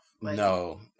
no